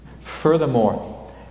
Furthermore